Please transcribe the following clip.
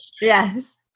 Yes